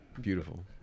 Beautiful